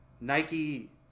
Nike